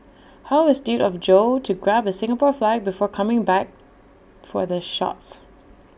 how astute of Joe to grab A Singapore flag before coming back for the shots